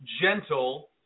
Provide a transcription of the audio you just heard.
gentle